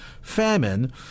famine